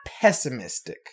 pessimistic